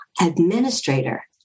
administrator